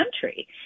country